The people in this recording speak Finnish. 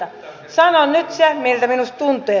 sanon nyt sen miltä minusta tuntuu